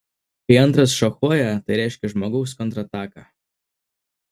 kai antras šachuoja tai reiškia žmogaus kontrataką